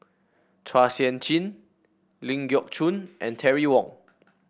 Chua Sian Chin Ling Geok Choon and Terry Wong